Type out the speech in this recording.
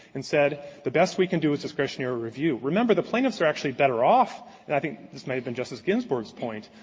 and said the best we can do is discretionary review. remember, the plaintiffs are actually better off and i think this might have been justice ginsburg's point